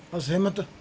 ਅਸਹਿਮਤ